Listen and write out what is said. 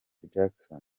jackson